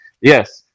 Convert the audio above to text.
Yes